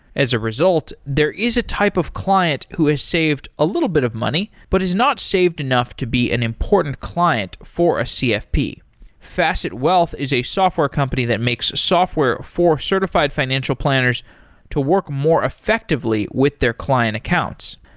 as a result, there is a type of client who is saved a little bit of money, but is not saved enough to be an important client for a cfp. facet wealth is a software company that makes software for certified financial planners to work more effectively with their client accounts.